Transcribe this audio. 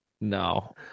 No